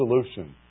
solution